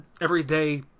everyday